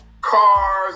cars